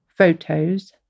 photos